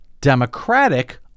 Democratic